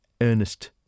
Ernest